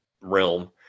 realm